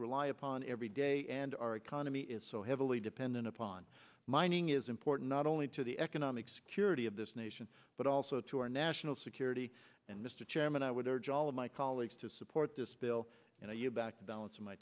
rely upon every day and our economy is so heavily dependent upon mining is important not only to the economic security of this nation but also to our national security and mr chairman i would urge all of my colleagues to support this bill and i you back down to my